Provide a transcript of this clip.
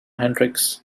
hendrix